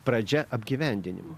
pradžia apgyvendinimo